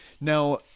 Now